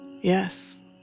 Yes